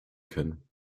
können